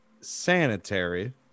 sanitary